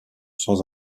sans